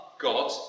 God